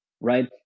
Right